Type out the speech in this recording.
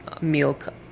milk